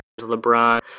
LeBron